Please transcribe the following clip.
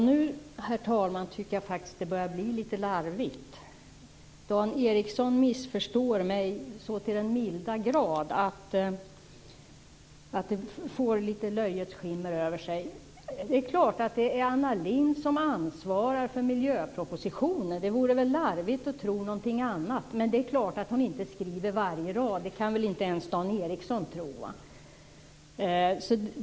Herr talman! Nu tycker jag faktiskt att det börjar bli litet larvigt. Dan Ericsson missförstår mig så till den milda grad att det får ett löjets skimmer över sig. Det är klart att det är Anna Lindh som ansvarar för miljöpropositionen. Det vore väl larvigt att tro någonting annat. Men det är klart att hon inte skriver varje rad; det kan väl inte ens Dan Ericsson tro.